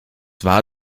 war